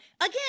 again